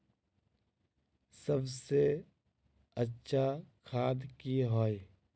सबसे अच्छा खाद की होय?